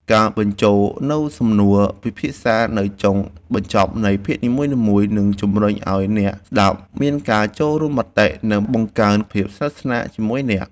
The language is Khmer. ការបញ្ចូលនូវសំណួរពិភាក្សានៅចុងបញ្ចប់នៃភាគនីមួយៗនឹងជំរុញឱ្យអ្នកស្តាប់មានការចូលរួមមតិ និងបង្កើនភាពស្និទ្ធស្នាលជាមួយអ្នក។